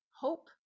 hope